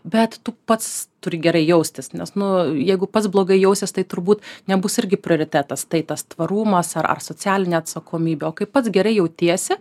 bet tu pats turi gerai jaustis nes nu jeigu pats blogai jausiesi tai turbūt nebus irgi prioritetas tai tas tvarumas ar ar socialinė atsakomybė o kaip pats gerai jautiesi